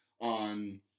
on